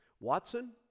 Watson